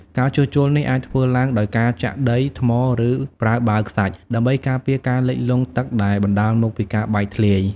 ការជួសជុលនេះអាចធ្វើឡើងដោយការចាក់ដី ថ្ម ឬប្រើបាវខ្សាច់ ដើម្បីការពារការលិចលង់ទឹកដែលបណ្ដាលមកពីការបែកធ្លាយ។